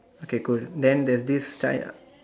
okay cool then there's this guy ah